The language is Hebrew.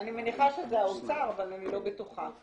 אני מניחה שזה האוצר, אבל אני לא בטוחה.